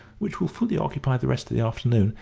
which will fully occupy the rest of the afternoon,